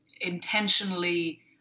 intentionally